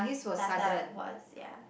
was ya